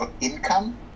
income